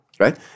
right